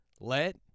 Let